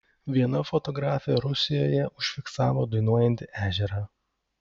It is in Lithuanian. viena fotografė rusijoje užfiksavo dainuojantį ežerą